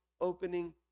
opening